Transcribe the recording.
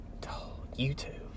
YouTube